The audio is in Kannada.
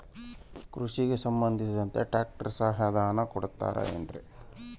ಕೃಷಿಗೆ ಸಂಬಂಧಿಸಿದಂತೆ ಟ್ರ್ಯಾಕ್ಟರ್ ಸಹಾಯಧನ ಕೊಡುತ್ತಾರೆ ಏನ್ರಿ?